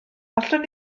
allwn